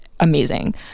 amazing